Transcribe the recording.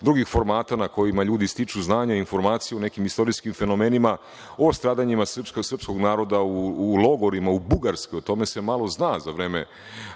drugih formata na kojima ljudi stiču znanja i informacije o nekim istorijskim fenomenima. O stradanjima srpskog naroda u logorima u Bugarskoj se malo zna za vreme